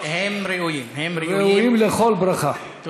יודע את זה.